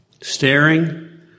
staring